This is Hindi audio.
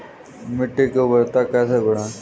मिट्टी की उर्वरता कैसे बढ़ाएँ?